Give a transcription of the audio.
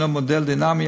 שהוא מודל דינמי,